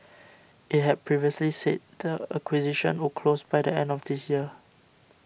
it had previously said the acquisition would close by the end of this year